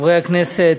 חברי הכנסת,